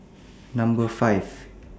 Number five